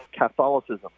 Catholicism